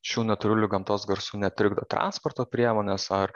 šių natūralių gamtos garsų netrikdo transporto priemonės ar